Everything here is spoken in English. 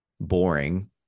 boring